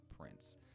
Prince